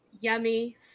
Yummy